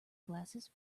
glasses